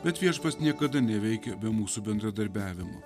bet viešpats niekada neveikia be mūsų bendradarbiavimo